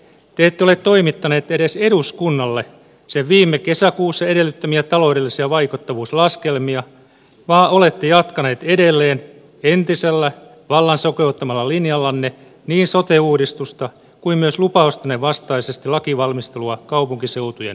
te ette ole toimittaneet edes eduskunnalle sen viime kesäkuussa edellyttämiä taloudellisia vaikuttavuuslaskelmia vaan olette jatkaneet edelleen entisellä vallan sokeuttamalla linjallanne niin sote uudistusta kuin myös lupaustenne vastaisesti lakivalmistelua kaupunkiseutujen pakkoliitoksista